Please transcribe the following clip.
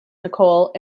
nicole